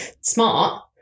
smart